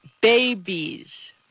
babies